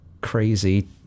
crazy